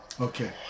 Okay